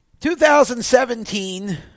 2017